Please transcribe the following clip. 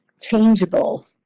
changeable